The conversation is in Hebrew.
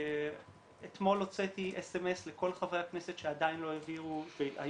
אתמול הוצאתי סמס לכל חברי הכנסת שהיו בדיונים